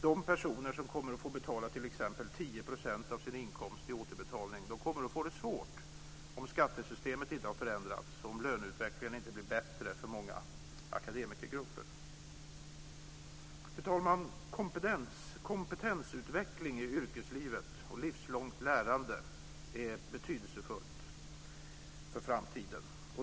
De personer som kommer att få betala t.ex. 10 % av sin inkomst i återbetalning får det svårt om skattesystemet inte har förändrats och om löneutvecklingen inte blir bättre för många akademikergrupper. Fru talman! Både kompetensutveckling i yrkeslivet och livslångt lärande är betydelsefullt för framtiden.